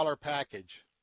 package